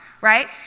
Right